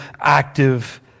active